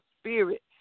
spirit